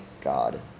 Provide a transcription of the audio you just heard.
God